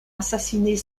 assassiner